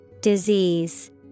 Disease